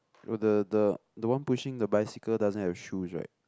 oh the the the one pushing the bicycle doesn't have shoes right